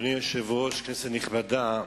אדוני היושב-ראש, כנסת נכבדה,